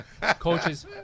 Coaches